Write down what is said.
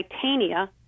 titania